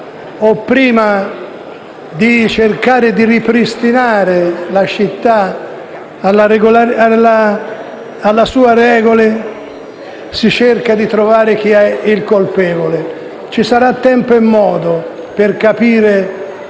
o di cercare di ripristinare la città alle sue regole, si cerchi di trovare il colpevole. Ci sarà tempo e modo per capire